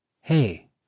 Hey